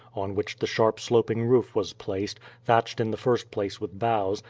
on which the sharp sloping roof was placed, thatched in the first place with boughs,